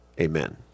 Amen